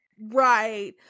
right